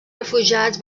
refugiats